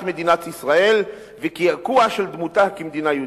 מדינת ישראל וקעקוע של דמותה כמדינה יהודית.